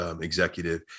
executive